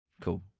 cool